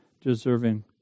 deserving